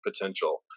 potential